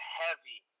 heavy